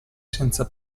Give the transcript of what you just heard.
senza